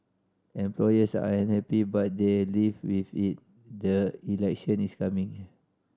employers are unhappy but they live with it the election is coming